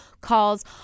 calls